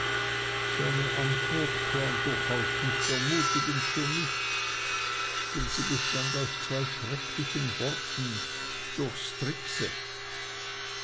seine antwort klang durchaus nicht ermutigend für mich denn sie bestand aus zwei schrecklichen worten durch